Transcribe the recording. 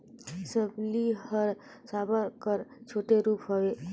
सबली हर साबर कर छोटे रूप हवे